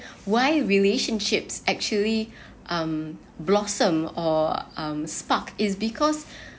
why relationships actually um blossom or um spark is because